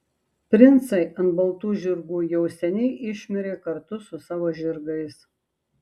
princai ant baltų žirgų jau seniai išmirė kartu su savo žirgais